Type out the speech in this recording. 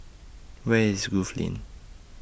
Where IS Grove Lane